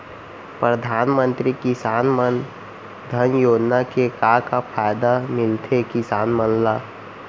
परधानमंतरी किसान मन धन योजना के का का फायदा मिलथे किसान मन ला?